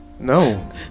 No